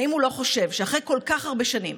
ואם הוא לא חושב שאחרי כל כך הרבה שנים,